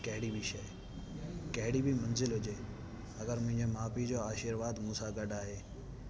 कहिड़ी बि शइ कहिड़ी बि मंज़िल हुजे अगरि मुंहिंजे माउ पीउ जो आशीर्वाद मूंसां गॾु आहे